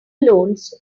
loans